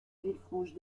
villefranche